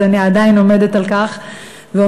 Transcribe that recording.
אז אני עדיין עומדת על כך ואומרת